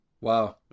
Wow